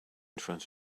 front